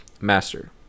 Master